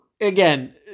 again